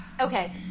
Okay